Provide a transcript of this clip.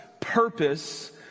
purpose